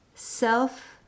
self